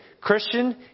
Christian